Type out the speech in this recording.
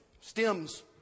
stems